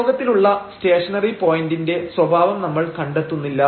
പ്രയോഗത്തിലുള്ള stationary പോയന്റിന്റെ സ്വഭാവം നമ്മൾ കണ്ടെത്തുന്നില്ല